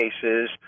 cases